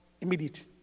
Immediate